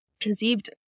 conceived